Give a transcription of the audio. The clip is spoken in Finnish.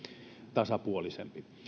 tasapuolisempi